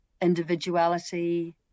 individuality